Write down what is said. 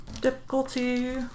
Difficulty